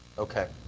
okay.